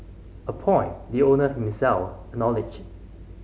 a point the owner himself acknowledged